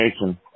nation